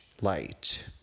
light